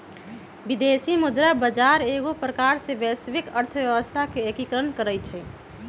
विदेशी मुद्रा बजार एगो प्रकार से वैश्विक अर्थव्यवस्था के एकीकरण करइ छै